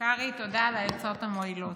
קרעי, תודה על העצות המועילות.